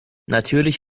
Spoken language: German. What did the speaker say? natürlich